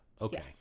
Okay